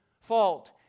fault